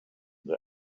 the